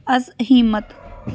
ਅਸਹਿਮਤ